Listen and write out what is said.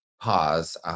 pause